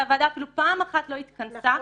והוועדה אפילו פעם אחת לא התכנסה.